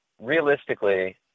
realistically –